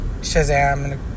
Shazam